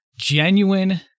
genuine